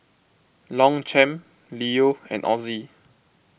Longchamp Leo and Ozi